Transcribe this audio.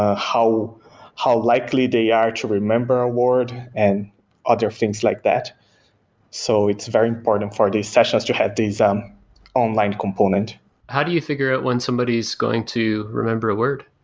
ah how how likely they are to remember a word and other things like that so it's very important and for these sessions to have this um online component how do you figure out when somebody's going to remember a word?